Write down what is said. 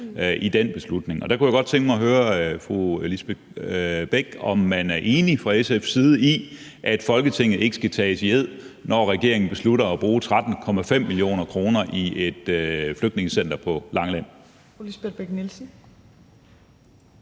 i den beslutning. Der kunne jeg godt tænke mig at høre fru Lisbeth Bech-Nielsen, om man fra SF's side er enig i, at Folketinget ikke skal tages i ed, når regeringen beslutter at bruge 13,5 mio. kr. til et flygtningecenter på Langeland.